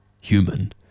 Human